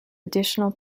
additional